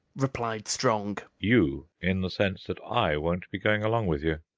replied strong, you, in the sense that i won't be going along with you.